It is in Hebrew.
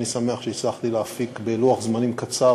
אני שמח שהצלחתי להפיק בלוח זמנים קצר